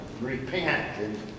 repent